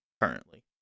currently